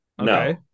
No